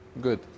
good